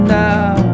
now